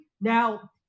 now